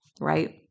right